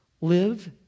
Live